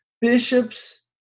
bishops